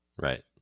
Right